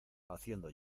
haciendo